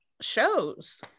shows